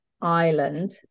ireland